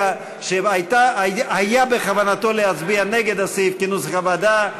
שהיה בכוונתו להצביע נגד הסעיף כנוסח הוועדה.